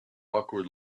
awkward